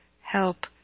help